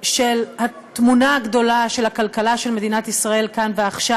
של התמונה הגדולה של הכלכלה של מדינת ישראל כאן ועכשיו,